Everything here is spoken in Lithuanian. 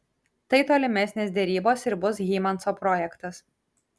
tai tolimesnės derybos ir bus hymanso projektas